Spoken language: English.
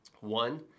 One